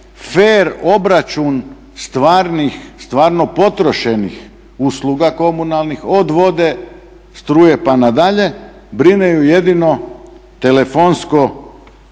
fer obračun stvarno potrošenih usluga komunalnih od vode, struje pa nadalje, brine ju jedino telefonsko